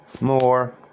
More